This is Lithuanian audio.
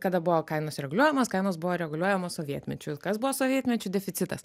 kada buvo kainos reguliuojamos kainos buvo reguliuojamos sovietmečiu ir kas buvo sovietmečiu deficitas